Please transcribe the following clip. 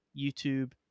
YouTube